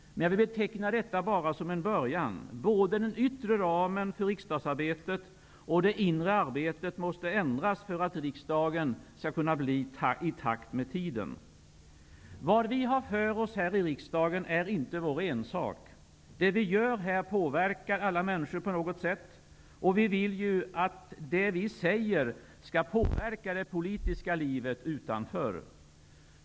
Men jag betecknar allt detta är bara en början. Både den yttre ramen för riksdagsarbetet och det inre arbetet måste ändras för att riksdagen skall bli i takt med tiden. Vad vi har för oss här i riksdagen är inte vår ensak. Det vi gör här påverkar ju alla människor. Och vi vill att vad vi säger skall påverka det politiska livet utanför.